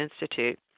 Institute